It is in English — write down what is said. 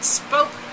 spoke